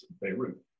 Beirut